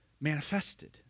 manifested